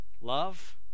love